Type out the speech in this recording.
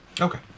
Okay